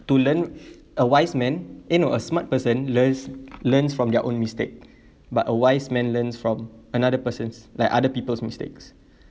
to learn a wise man eh no a smart person learns learns from their own mistake but a wise man learns from another person's like other people's mistakes